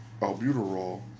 albuterol